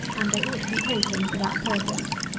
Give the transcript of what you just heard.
and they ought to be taken for that purpose.